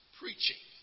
preaching